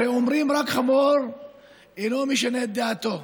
הרי אומרים: רק חמור אינו משנה את דעתו.